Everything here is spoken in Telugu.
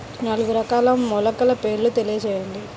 నాలుగు రకాల మొలకల పేర్లు తెలియజేయండి?